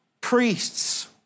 priests